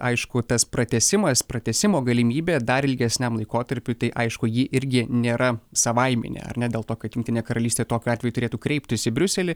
aišku tas pratęsimas pratęsimo galimybė dar ilgesniam laikotarpiui tai aišku ji irgi nėra savaiminė ar ne dėl to kad jungtinė karalystė tokiu atveju turėtų kreiptis į briuselį